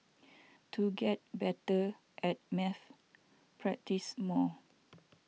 to get better at maths practise more